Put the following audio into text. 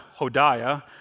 Hodiah